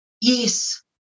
Yes